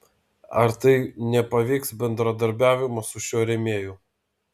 ar tai nepaveiks bendradarbiavimo su šiuo rėmėju